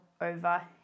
over